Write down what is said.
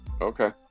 Okay